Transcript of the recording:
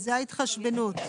זה ההתחשבנות.